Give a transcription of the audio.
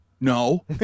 no